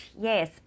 yes